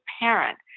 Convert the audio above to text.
parent